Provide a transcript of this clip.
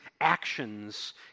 actions